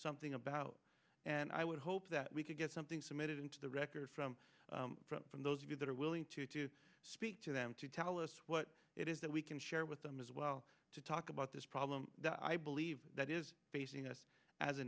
something about and i would hope that we could get some submitted into the record from those of you that are willing to to speak to them to tell us what it is that we can share with them as well to talk about this problem that i believe that is facing us as a